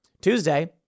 Tuesday